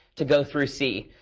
to go through c.